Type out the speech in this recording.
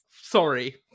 sorry